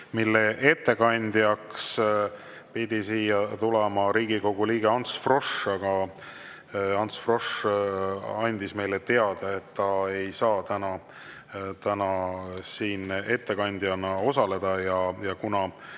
276. Ettekandeks pidi siia tulema Riigikogu liige Ants Frosch, aga Ants Frosch andis meile teada, et ta ei saa täna ettekannet [teha]. Kuna